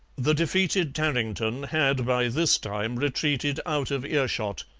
the defeated tarrington had by this time retreated out of ear-shot,